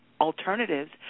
alternatives